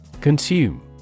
Consume